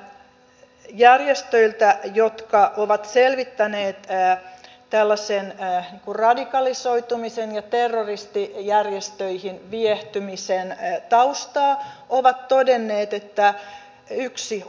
myöskin järjestöt jotka ovat selvittäneet tällaisen radikalisoitumisen ja terroristijärjestöihin viehtymisen taustaa ovat todenneet että yksi